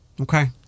Okay